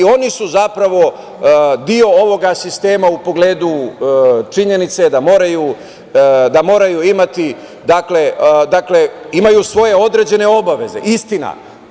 Oni su zapravo deo ovoga sistema u pogledu činjenice da moraju imati, dakle, imaju svoje određene obaveze, istina.